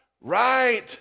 right